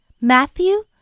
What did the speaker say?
Matthew